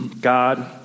God